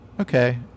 okay